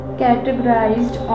categorized